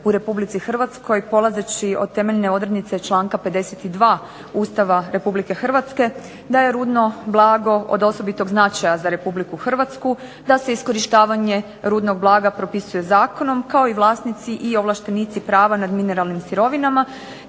u RH polazeći od temeljne odrednice članka 52. Ustava RH da je rudno blago od osobitog značaja za RH, da se iskorištavanje rudnog blaga propisuje zakonom kao i vlasnici i ovlaštenici prava nad mineralnim sirovinama